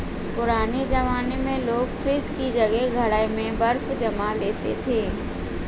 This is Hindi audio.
पुराने जमाने में लोग फ्रिज की जगह घड़ा में बर्फ जमा लेते थे